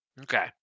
Okay